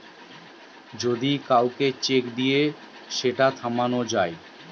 যদি কাউকে চেক দিয়ে সেটা থামানো যায়